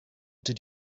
did